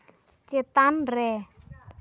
ᱪᱮᱛᱟᱱ ᱨᱮ